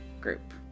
group